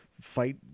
fight